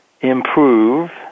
improve